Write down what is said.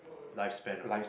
lifespan ah